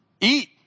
Eat